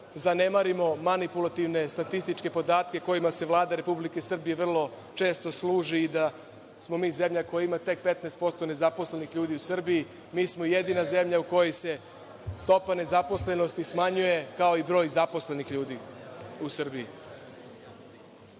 zanemarimo manipulativne statističke podatke kojima se Vlada Republike Srbije vrlo često služi da smo mi zemlja koja ima tek 15% nezaposlenih ljudi u Srbiji. Mi smo jedina zemlja u kojoj se stopa nezaposlenosti smanjuje kao i broj zaposlenih ljudi u Srbiji.